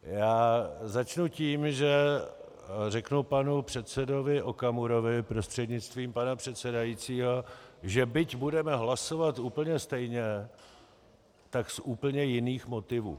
Já začnu tím, že řeknu panu předsedovi Okamurovi prostřednictvím pana předsedajícího, že byť budeme hlasovat úplně stejně, tak z úplně jiných motivů.